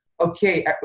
Okay